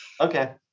Okay